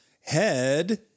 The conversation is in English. Head